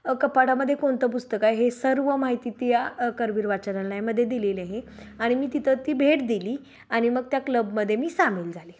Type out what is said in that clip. कपाडामध्येे कोणतं पुस्तक आहे हे सर्व माहिती ती या कवीर वाचनलयामध्ये दिलेले आहे आणि मी तिथं ती भेट दिली आणि मग त्या क्लबमध्ये मी सामील झाली